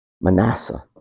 Manasseh